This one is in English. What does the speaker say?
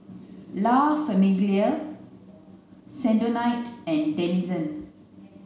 La Famiglia Sensodyne and Denizen